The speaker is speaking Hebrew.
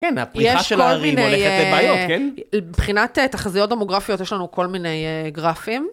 כן, הפריחה של הערים הולכת לבעיות, כן? מבחינת תחזיות דמוגרפיות יש לנו כל מיני גרפים.